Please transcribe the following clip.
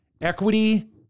equity